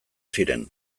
ziren